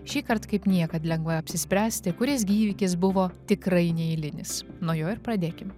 šįkart kaip niekad lengva apsispręsti kuris gi įvykis buvo tikrai neeilinis nuo jo ir pradėkim